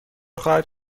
خواهد